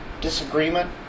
disagreement